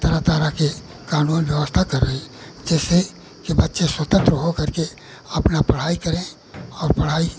तरह तरह के कानून व्यवस्था कर रही है जैसे यह बच्चे स्वतन्त्र हो करके अपनी पढ़ाई करें और पढ़ाई